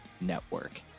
network